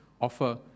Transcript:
offer